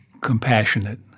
compassionate